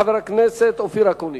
חבר הכנסת אופיר אקוניס.